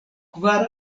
kvar